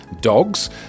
dogs